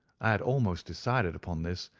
i had almost decided upon this,